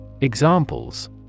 Examples